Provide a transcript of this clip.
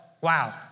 wow